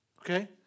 okay